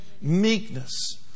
meekness